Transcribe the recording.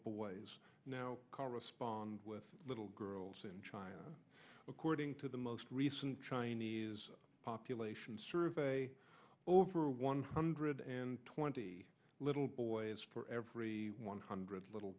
boys now correspond with little girls in china according to the most recent chinese population survey over one hundred and twenty little boys for every one hundred little